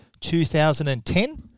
2010